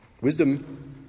Wisdom